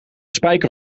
spijker